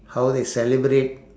how they celebrate